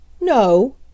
No